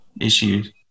issues